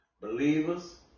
believers